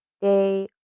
day